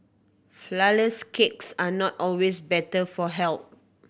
flourless cakes are not always better for health